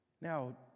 Now